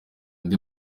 undi